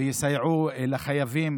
ויסייעו לחייבים